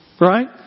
Right